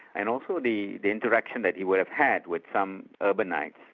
and also the the interaction that he would have had with some urbanites.